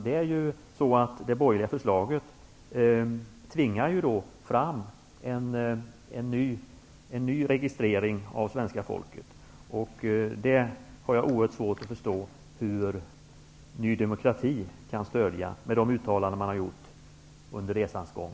Men det borgerliga förslaget tvingar fram en ny registrering av svenska folket, och jag har oerhört svårt att förstå hur Ny demokrati kan stödja det, med tanke på de uttalanden som man har gjort under resans gång.